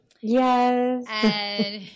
Yes